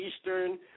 Eastern